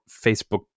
Facebook